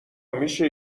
میشه